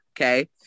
okay